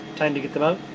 time to get them out,